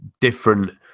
different